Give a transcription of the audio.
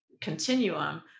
continuum